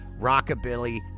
rockabilly